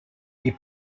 est